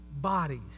bodies